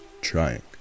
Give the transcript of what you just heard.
trying